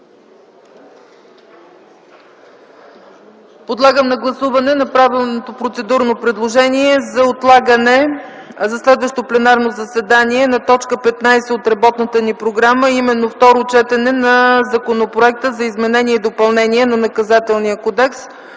Моля да гласуваме направеното процедурно предложение за отлагане за следващо пленарно заседание на т. 15 от работната ни програма, а именно второ четене на Законопроекта за изменение и допълнение на Наказателния кодекс